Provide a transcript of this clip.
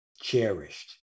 cherished